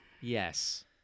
yes